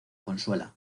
consuela